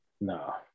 No